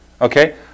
okay